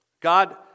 God